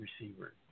receiver